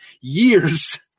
years